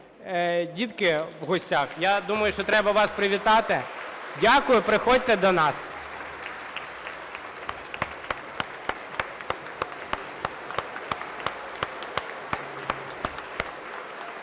теж є дітки в гостях, я думаю, що треба вас привітати. Дякую, приходьте до нас.